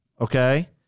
okay